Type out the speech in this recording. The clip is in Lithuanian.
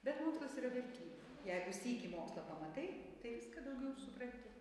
bet mokslas yra vertybė jeigu sykį mokslą pamatai tai viską daugiau ir supranti